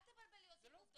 אל תבלבלי אותי עם עובדות.